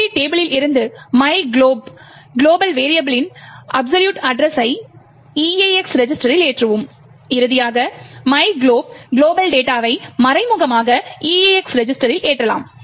GOT டேபிளில் இருந்து myglob global வெரியபிளின் அப்சொலுயூட் அட்ரெஸ்ஸை EAX ரெஜிஸ்டரில் ஏற்றுவோம் இறுதியாக myglob குளோபல் டேட்டாவை மறைமுகமாக EAX ரெஜிஸ்டரில் ஏற்றலாம்